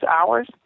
hours